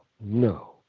no